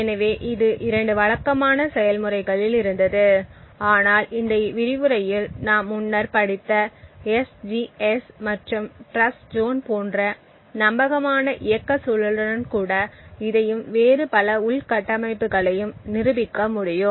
எனவே இது 2 வழக்கமான செயல்முறைகளில் இருந்தது ஆனால் இந்த விரிவுரையில் நாம் முன்னர் படித்த SGS மற்றும் டிரஸ்ட்ஜோன் போன்ற நம்பகமான இயக்க சூழலுடன் கூட இதையும் வேறு பல உள்கட்டமைப்புகளையும் நிரூபிக்க முடியும்